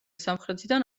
სამხრეთიდან